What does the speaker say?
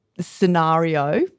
scenario